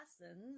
lessons